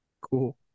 Cool